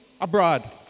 abroad